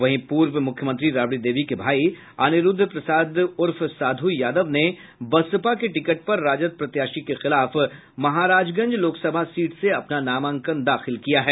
वहीं पूर्व मुख्यमंत्री राबड़ी देवी के भाई अनिरूद्व प्रसाद उर्फ साधु यादव ने बसपा के टिकट पर राजद प्रत्याशी के खिलाफ महराजगंज लोकसभा सीट से अपना नामांकन दाखिल किया है